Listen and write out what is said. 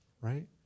right